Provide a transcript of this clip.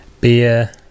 beer